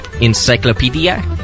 encyclopedia